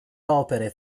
opere